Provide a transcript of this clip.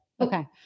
Okay